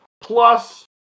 plus